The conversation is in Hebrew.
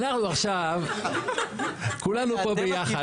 אנחנו עכשיו כולנו פה ביחד.